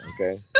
okay